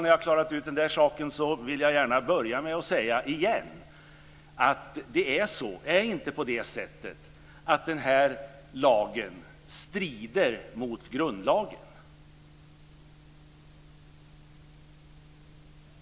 När jag har klarat ut den här saken vill jag igen säga att det inte är på det sättet att den här lagen strider mot grundlagen.